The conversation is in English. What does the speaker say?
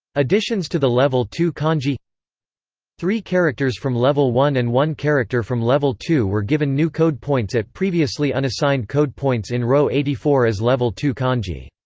additions to the level two kanji three characters from level one and one character from level two were given new code points at previously unassigned code points in row eighty four as level two kanji.